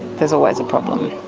there's always a problem.